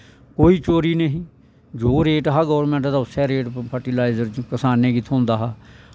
कोेई चोरी नेंई ही जो रेट हा गौरमैंट दा उस्सै रेट उप्पर फर्टीलाईज़र किसानें गी थ्होंदा हा